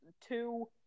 two